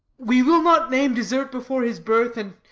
we will not name desert before his birth and,